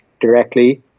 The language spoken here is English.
directly